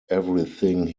everything